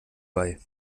bei